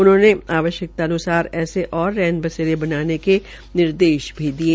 उन्होंने आवश्यक्तानुसार ऐसे ओर रैण बसेरे बनाने के निर्देश भी दिये